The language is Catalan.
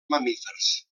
mamífers